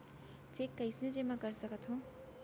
Cheque कईसने जेमा कर सकथो?